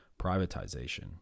privatization